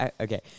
Okay